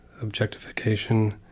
objectification